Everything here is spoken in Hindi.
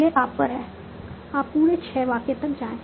यह आप पर है आप पूरे 6 वाक्य तक जाएं